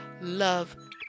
love